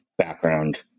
background